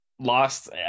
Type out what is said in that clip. Lost